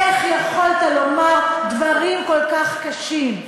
איך יכולת לומר דברים כל כך קשים?